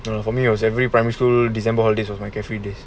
fot me every primary school december holidays is my carefree days